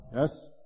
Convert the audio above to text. Yes